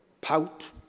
pout